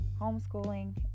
homeschooling